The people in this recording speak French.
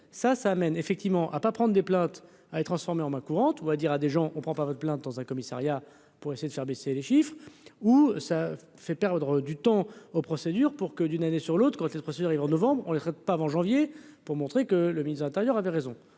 ça ça amène effectivement à pas prendre des plaintes à transformer en main courante, on va dire à des gens, on prend pas votre plainte dans un commissariat pour essayer de faire baisser les chiffres où ça fait perdre du temps aux procédures pour que d'une année sur l'autre côté de procédure novembre on ne arrête pas avant janvier pour montrer que le ministre de l'Intérieur avait raison